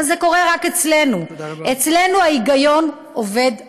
אבל זה קורה רק אצלנו, אצלנו ההיגיון עובד אחרת.